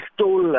stole